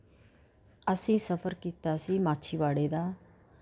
ਅਸੀਂ ਸਫ਼ਰ ਕੀਤਾ ਸੀ ਮਾਛੀਵਾੜੇ ਦਾ